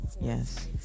Yes